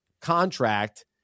contract